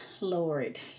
Lord